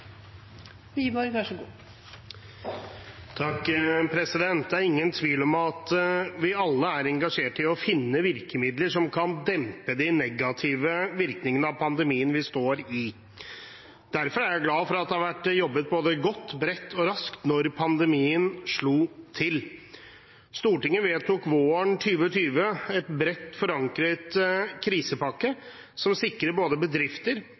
Det er ingen tvil om at vi alle er engasjert i å finne virkemidler som kan dempe de negative virkningene av pandemien vi står i. Derfor er jeg glad for at det har vært jobbet både godt, bredt og raskt da pandemien slo til. Stortinget vedtok våren 2020 en bredt forankret krisepakke som sikrer både bedrifter,